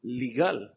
legal